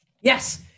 yes